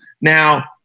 Now